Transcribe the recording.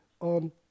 on